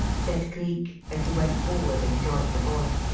said cleek, as he went forward and joined the boy.